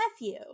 Matthew